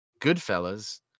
Goodfellas